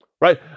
right